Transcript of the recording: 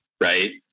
right